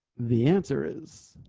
the answer is